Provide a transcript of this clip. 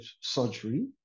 surgery